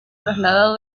trasladado